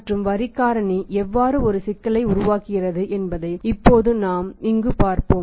மற்றும் வரி காரணி எவ்வாறு ஒரு சிக்கலை உருவாக்குகிறது என்பதை இப்போது நாம் இங்கு பார்ப்போம்